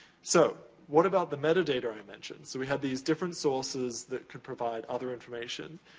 so, what about the meta data i mentioned? so, we have these different sources that can provide other information.